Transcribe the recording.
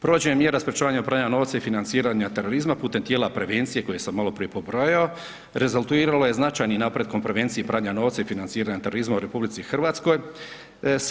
Provođenje mjera sprječavanja pranja novca i financiranja terorizma putem tijela prevencije koja sam malo prije pobrojao, rezultiralo je značajan napredak kod prevencije pranja novca i financiranje terorizma u Republici Hrvatskoj.